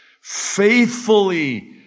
Faithfully